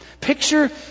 Picture